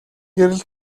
гэрэл